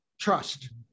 trust